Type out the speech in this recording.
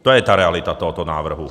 To je ta realita tohoto návrhu.